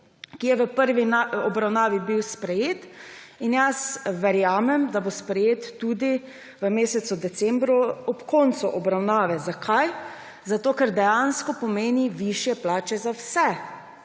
bila v prvi obravnavi sprejeta in jaz verjamem, da bo sprejeta tudi v mesecu decembru ob koncu obravnave. Zakaj? Zato ker dejansko pomeni višje plače za vse.